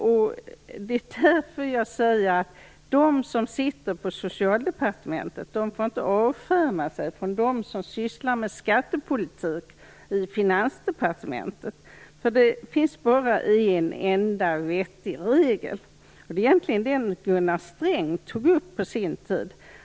Det är därför jag säger att de som sitter på Socialdepartementet inte får avskärma sig från dem som sysslar med skattepolitik i Finansdepartementet. Det finns bara en enda vettig regel, och det är den Gunnar Sträng tog upp på sin tid.